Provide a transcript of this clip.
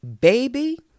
Baby